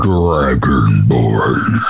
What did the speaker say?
Dragonborn